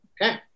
Okay